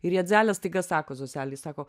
ir jadzelė staiga sako zoselei sako